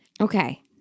Okay